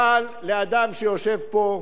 אבל לאדם שיושב פה,